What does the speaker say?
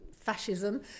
fascism